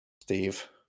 Steve